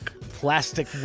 Plastic